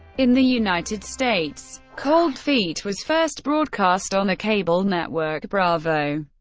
in the united states, cold feet was first broadcast on the cable network bravo.